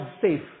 safe